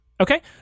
Okay